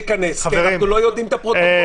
מכנסת כי אנחנו לא רואים את הפרוטוקולים.